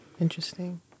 Interesting